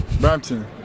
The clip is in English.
Brampton